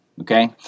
Okay